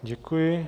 Děkuji.